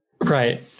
Right